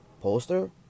Poster